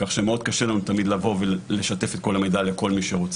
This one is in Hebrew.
כך שמאוד קשה לנו תמיד לבוא ולשתף את כל המידע לכל מי שרוצה.